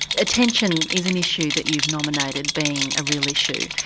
attention is an issue that you've nominated being a real issue.